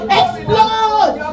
explode